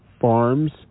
farms